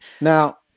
Now